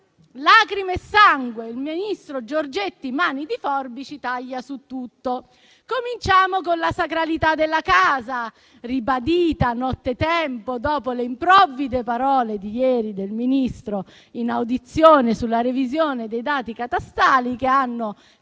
lacrime e sangue: il ministro Giorgetti "mani di forbice" taglia su tutto. Cominciamo con la sacralità della casa, ribadita nottetempo dopo le improvvide parole di ieri del Ministro in audizione sulla revisione dei dati catastali, che hanno creato